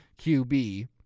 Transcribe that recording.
QB